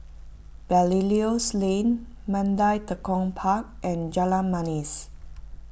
Belilios Lane Mandai Tekong Park and Jalan Manis